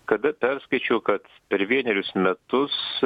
kada perskaičiau kad per vienerius metus